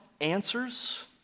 answers